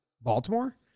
Baltimore